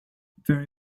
very